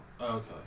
Okay